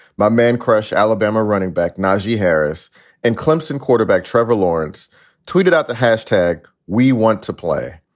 my man crush alabama running back najee harris and clemson quarterback trevor lawrence tweeted out the hashtag we want to play.